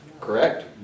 correct